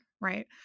right